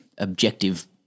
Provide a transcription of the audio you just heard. objective